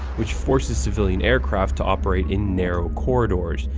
which forces civilian aircraft to operate in narrow corridors,